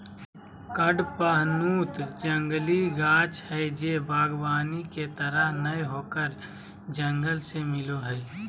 कडपहनुत जंगली गाछ हइ जे वागबानी के तरह नय होकर जंगल से मिलो हइ